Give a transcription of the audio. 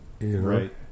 Right